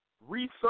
research